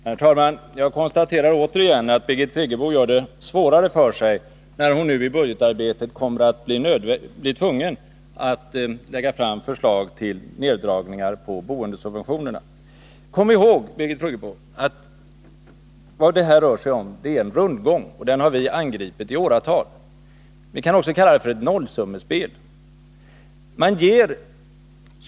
Herr talman! Jag konstaterar återigen att Birgit Friggebo bara gör det svårare för sig med hänsyn till att hon nu i budgetarbetet blir tvungen att lägga fram förslag på neddragningar av boendesubventionerna. Kom ihåg, Birgit Friggebo, att det här rör sig om en rundgång, som vi moderater har angripit i åratal. Man kan också kalla det för ett nollsummespel.